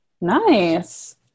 Nice